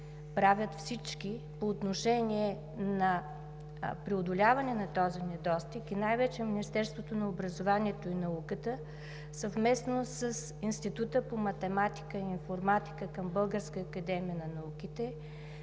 правят всички по отношение на преодоляване на този недостиг и най-вече Министерството на образованието и науката съвместно с Института по математика и информатика към Българската академия на науките,